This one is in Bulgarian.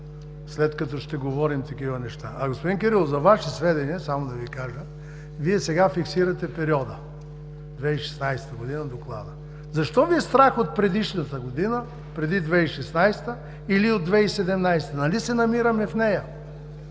след като ще говорим такива неща. Господин Кирилов, за Ваше сведение само да Ви кажа, Вие сега фиксирате периода 2016 г. в Доклада. Защо Ви е страх от предишната година, преди 2016 г. или от 2017 г.? Нали се намираме в нея?